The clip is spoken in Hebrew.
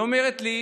היא אומרת לי: